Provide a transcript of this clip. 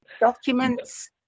Documents